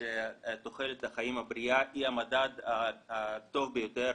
ושתוחלת החיים הבריאה היא המדד הטוב ביותר